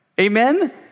Amen